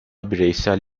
bireysel